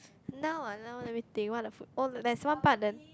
now ah now let me think what other food oh there's one pardon